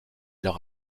leur